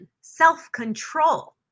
self-control